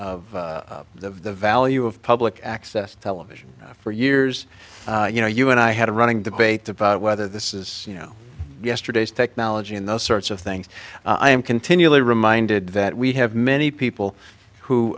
of the value of public access television for years you know you and i had a running debate about whether this is you know yesterday's technology and those sorts of things i am continually reminded that we have many people who